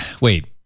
wait